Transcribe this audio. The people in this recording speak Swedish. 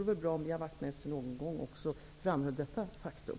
Det vore bra om Ian Wachtmeister någon gång också framhöll detta faktum.